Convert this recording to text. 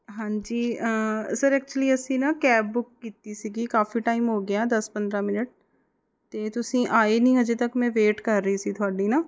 ਹਾਂਜੀ sir actually ਅਸੀਂ ਨਾ ਕੈਬ ਬੁੱਕ ਕੀਤੀ ਸੀਗੀ ਕਾਫੀ ਟਾਈਮ ਹੋ ਗਿਆ ਦਸ ਪੰਦਰਾਂ ਮਿੰਨਟ ਅਤੇ ਤੁਸੀਂ ਆਏ ਨਹੀਂ ਅਜੇ ਤੱਕ ਮੈਂ ਵੇਟ ਕਰ ਰਹੀ ਸੀ ਤੁਹਾਡੀ ਨਾ